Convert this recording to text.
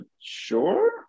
sure